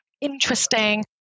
interesting